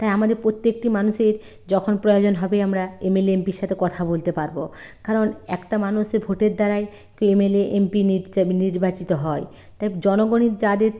তাই আমাদের প্রত্যেকটি মানুষের যখন প্রয়োজন হবে আমরা এমএলএ এমপি র সাথে কথা বলতে পারবো কারণ একটা মানুষের ভোটের দ্বারায় কে এমএলএ এমপি নির্যা নির্বাচিত হয় তাই জনগণের যাদের